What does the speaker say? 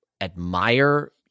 admire